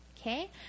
okay